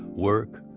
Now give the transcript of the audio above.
work,